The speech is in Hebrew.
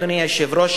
אדוני היושב-ראש,